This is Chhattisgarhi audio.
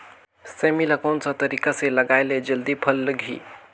सेमी ला कोन सा तरीका से लगाय ले जल्दी फल लगही?